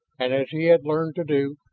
and as he had learned to do,